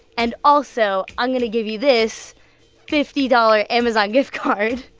and also, i'm going to give you this fifty dollars amazon gift card.